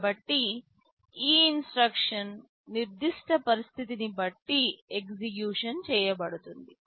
కాబట్టి ఈ ఇన్స్ట్రక్షన్ నిర్దిష్ట పరిస్థితిని బట్టి ఎగ్జిక్యూషన్ చేయబడుతుంది